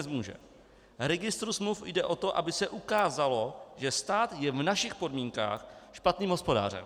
V registru smluv jde o to, aby se ukázalo, že stát je v našich podmínkách špatným hospodářem.